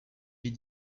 est